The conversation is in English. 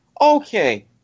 okay